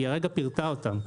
היא הרגע פירטה אותן,